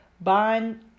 bond